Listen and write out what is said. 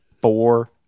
four